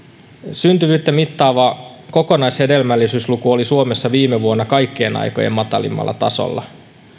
syntyvyyttä mittaava kokonaishedelmällisyysluku oli suomessa viime vuonna kaikkien aikojen matalimmalla tasolla